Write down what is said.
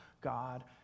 God